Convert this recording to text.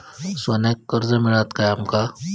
सोन्याक कर्ज मिळात काय आमका?